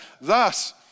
Thus